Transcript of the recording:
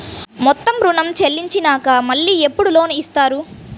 మొత్తం ఋణం చెల్లించినాక మళ్ళీ ఎప్పుడు లోన్ ఇస్తారు?